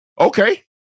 Okay